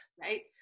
Right